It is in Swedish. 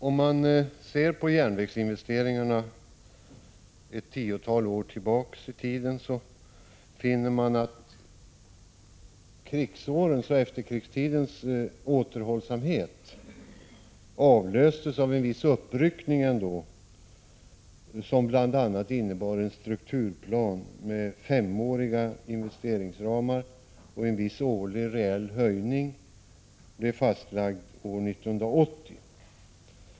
Herr talman! Om man ser på järnvägsinvesteringarna sedan ett tiotal år tillbaka finner man att krigsårens och efterkrigstidens återhållsamhet avlöstes av en viss uppryckning som bl.a. innebar att en strukturplan med femåriga investeringsramar upprättades och att en viss årlig reell höjning blev fastlagd år 1980.